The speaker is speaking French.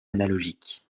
analogiques